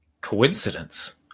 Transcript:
Coincidence